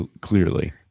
clearly